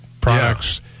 products